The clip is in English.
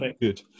good